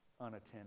unattended